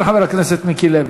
כן, חבר הכנסת מיקי לוי.